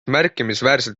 märkimisväärselt